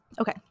Okay